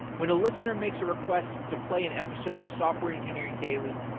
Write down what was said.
when a listener makes a request to play an episode of software engineering daily,